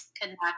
connect